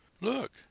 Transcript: Look